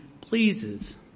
pleases